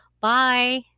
Bye